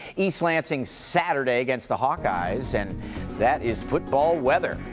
east lansing saturday against the hawkeyes, and that is football weather.